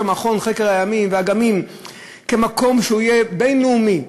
המכון לחקר הימים והאגמים למקום שיהיה בין-לאומי,